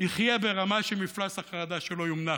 יחיה ברמה שמפלס החרדה שלו יונמך.